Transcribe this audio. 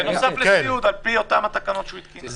בנוסף לסיעוד, על פי אותן התקנות שהוא התקין.